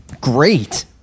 great